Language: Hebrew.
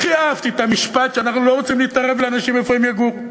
הכי אהבתי את המשפט שאנחנו לא רוצים להתערב לאנשים איפה הם יגורו.